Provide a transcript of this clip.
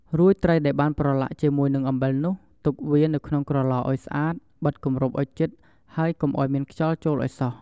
រួចត្រីដែលបានប្រឡាក់ជាមួយនឹងអំបិលនោះ ទុកវានៅក្នុងក្រឡឱ្យស្អាត បិទគម្របឱ្យជិត ហើយកុំឱ្យមានខ្យល់ចូលឱ្យសោះ។